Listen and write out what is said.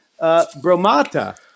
bromata